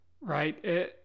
right